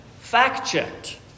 fact-checked